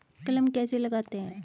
कलम कैसे लगाते हैं?